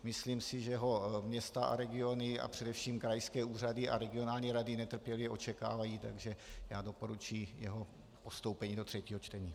Myslím si, že ho města a regiony a především krajské úřady a regionální rady netrpělivě očekávají, takže já doporučuji jeho postoupení do třetího čtení.